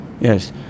Yes